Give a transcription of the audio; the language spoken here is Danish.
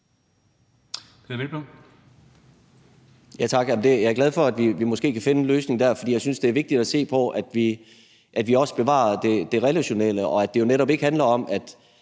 Jeg er glad for, at vi måske kan finde en løsning der, for jeg synes, det er vigtigt at sikre, at vi også bevarer det relationelle, og at slå fast, at det jo netop ikke handler om, at